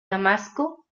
damasco